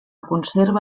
conserva